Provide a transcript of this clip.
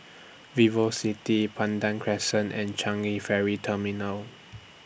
Vivocity Pandan Crescent and Changi Ferry Terminal